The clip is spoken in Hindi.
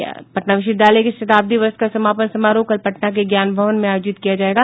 पटना विश्वविद्यालय के शताब्दी वर्ष का समापन समारोह कल पटना के ज्ञान भवन में आयोजित किया जायेगा